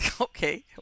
okay